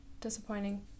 disappointing